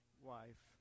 wife